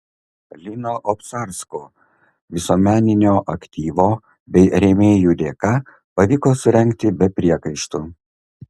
lino obcarsko visuomeninio aktyvo bei rėmėjų dėka pavyko surengti be priekaištų